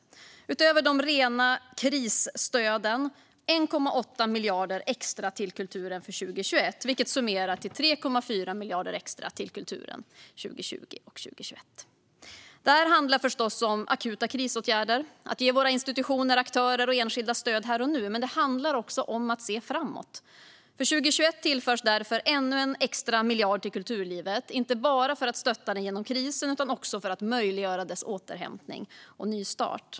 Utöver de rena krisstöden anslogs 1,8 miljarder extra till kulturen för 2021, vilket, om man summerar, innebär 3,4 miljarder extra till kulturen 2020 och 2021. Detta handlar förstås om akuta krisåtgärder - att ge våra institutioner, aktörer och enskilda stöd här och nu. Men det handlar också om att se framåt. För 2021 tillförs därför ännu en extra miljard till kulturlivet, inte bara för att stötta det genom krisen utan också för att möjliggöra dess återhämtning och nystart.